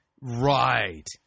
Right